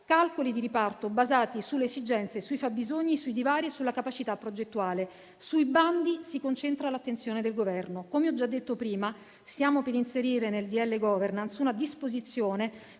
calcoli di riparto basati sulle esigenze, sui fabbisogni, sui divari e sulla capacità progettuale. Sui bandi si concentra l'attenzione del Governo. Come ho già detto prima, stiamo per inserire nel decreto-legge *governance* una disposizione